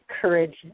courage